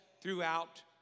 throughout